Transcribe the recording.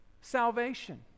salvation